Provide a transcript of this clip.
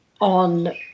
on